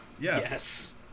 Yes